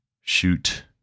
shoot